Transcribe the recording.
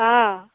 অ